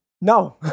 No